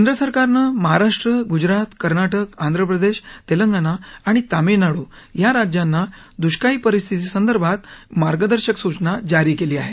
केंद्र सरकारने महाराष्ट्र गुजरात कर्नाटक आंध्रप्रदेश तेलगंणा आणि तामिळनाडू या राज्यांना दुष्काळी परिस्थिती संदर्भात मार्गदर्शक सूचना जारी केली आहे